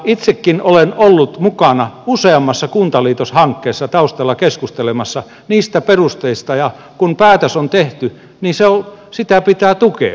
itsekin olen ollut mukana useammassa kuntaliitoshankkeessa taustalla keskustelemassa niistä perusteista ja kun päätös on tehty niin sitä pitää tukea